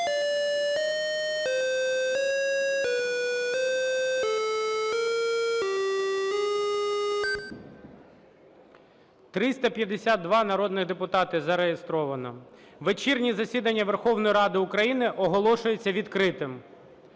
352 народних депутата зареєстровано. Вечірнє засідання Верховної Ради України оголошується відкритим.